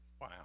Wow